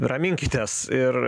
raminkitės ir